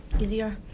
easier